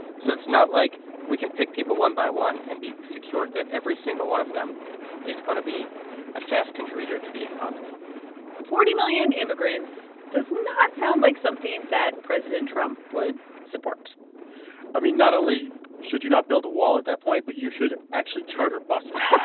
so it's not like we can pick people one by one and be secured that every single one of them is going to be a fast contributor to the economy forty million immigrants does not sound like something that president trump would support i mean, not only should you not build a wall at that point, but you should actually charter buses.